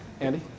Andy